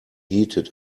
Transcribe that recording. heated